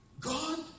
God